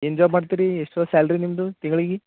ಏನು ಜಾಬ್ ಮಾಡ್ತಿರಿ ಎಷ್ಟು ಬತ್ ಸ್ಯಾಲ್ರಿ ನಿಮ್ಮದು ತಿಂಗಳಿಗೆ